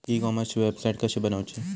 E कॉमर्सची website कशी बनवची?